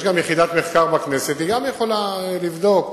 יש יחידת מחקר בכנסת שיכולה לבדוק.